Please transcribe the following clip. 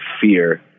fear